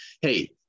Hey